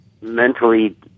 mentally